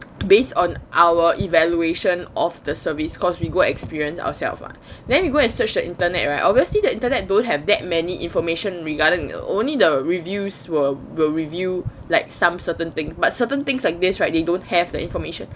based on our evaluation of the service cause we go experience ourselves lah then you go and search the internet right obviously the internet don't have that many information regarding the only the reviews were will review like some certain thing but certain things like this right they don't have the information